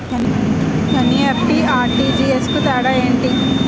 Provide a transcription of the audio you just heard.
NEFT, RTGS కు తేడా ఏంటి?